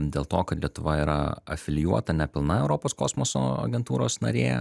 dėl to kad lietuva yra afilijuota nepilna europos kosmoso agentūros narė